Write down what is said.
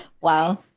Wow